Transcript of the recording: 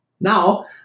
now